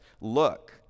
look